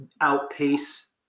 outpace